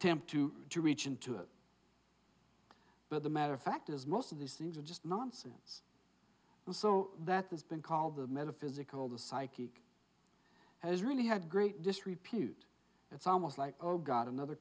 attempt to reach into it but the matter of fact is most of these things are just nonsense and so that has been called the metaphysical the psychic has really had great disrepute it's almost like oh god another